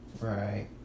Right